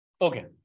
Okay